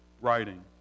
Writing